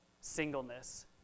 singleness